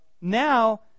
now